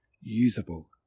Usable